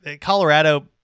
Colorado